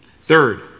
Third